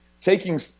taking